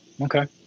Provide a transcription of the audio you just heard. Okay